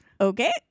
Okay